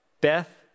Beth